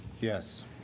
yes